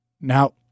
Now